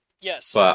Yes